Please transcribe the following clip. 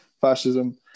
fascism